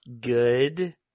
good